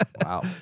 Wow